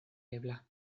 ebla